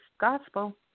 gospel